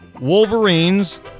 Wolverines